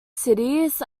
cities